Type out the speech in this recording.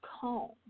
calm